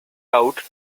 out